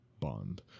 Bond